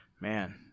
man